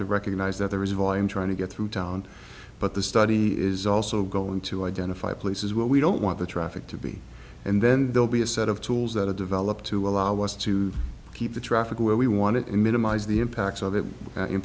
to recognize that there is a volume trying to get through town but the study is also going to identify places where we don't want the traffic to be and then they'll be a set of tools that are developed to allow us to keep the traffic where we want it to minimize the impacts of it in